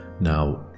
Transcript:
Now